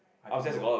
I think so